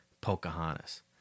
Pocahontas